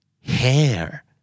hair